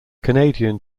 canadian